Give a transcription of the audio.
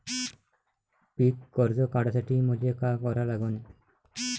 पिक कर्ज काढासाठी मले का करा लागन?